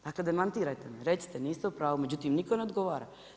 Dakle demantirajte me, recite niste u pravu, međutim nitko ne odgovara.